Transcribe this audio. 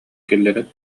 киллэрэн